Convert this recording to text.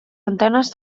antenes